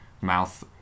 mouth